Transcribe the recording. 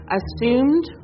assumed